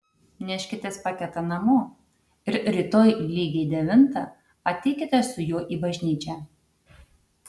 neškitės paketą namo ir rytoj lygiai devintą ateikite su juo į bažnyčią